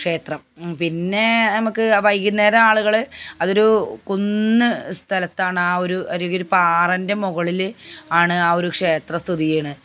ക്ഷേത്രം പിന്നെ നമുക്ക് വൈകുന്നേരം ആളുകൾ അതൊരു കുന്ന് സ്ഥലത്താണ് ആ ഒരു അരികിൽ പാറെന്റെ മുകളിൽ ആണ് ആ ഒരു ക്ഷേത്ര സ്ഥിതി ചെയ്യണ്